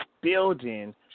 building